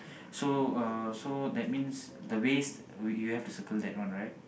so uh so that means the waste we you have to circle that one right